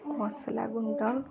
ମସଲା ଗୁଣ୍ଡ